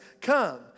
come